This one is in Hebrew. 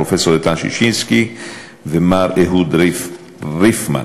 פרופסור איתן ששינסקי ומר אוהד רייפן.